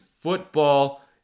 football